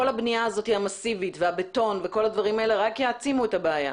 כל הבנייה המסיבית הזאת והבטון רק יעצימו את הבעיה.